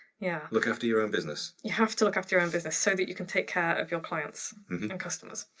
yeah. look after your own business. you have to look after your own business so that you can take care of your clients and customers.